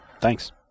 Thanks